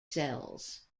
cells